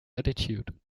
attitude